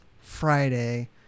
Friday